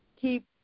keep